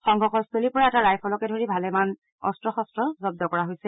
সংঘৰ্ষস্থলীৰ পৰা এটা ৰাইফলকে ধৰি ভালেমান অস্ত্ৰ শস্ত্ৰ জব্দ কৰা হৈছে